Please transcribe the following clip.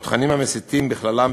או תכנים המסיתים בכללם,